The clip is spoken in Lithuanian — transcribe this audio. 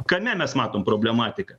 kame mes matom problematiką